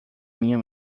minha